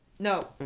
No